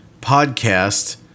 podcast